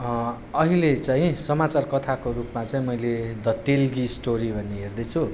अहिले चाहिँ समाचार कथाको रूपमा चाहिँ मैले द तेलगी स्टोरी भन्ने हेर्दैछु